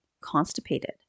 constipated